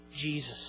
Jesus